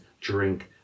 drink